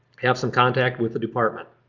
have some contact with the department.